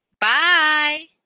Bye